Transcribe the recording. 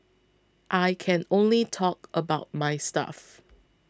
I can only talk about my stuff